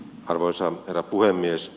arvoisa herra puhemies